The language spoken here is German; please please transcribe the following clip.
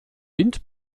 wind